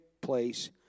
place